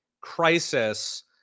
crisis